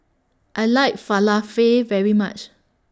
I like Falafel very much